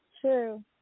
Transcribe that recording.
true